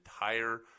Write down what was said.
entire